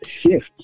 shift